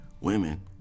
women